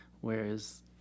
whereas